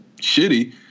shitty